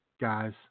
guys